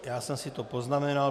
Já jsem si to poznamenal.